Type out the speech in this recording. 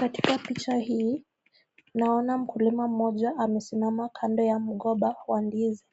Katika picha hii naona mkulima mmoja amesimama kando ya mgomba wa ndizi